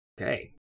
Okay